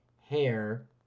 hair